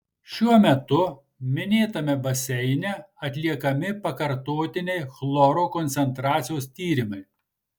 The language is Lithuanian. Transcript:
šiuo metu minėtame baseine atliekami pakartotiniai chloro koncentracijos tyrimai